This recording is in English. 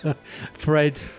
Fred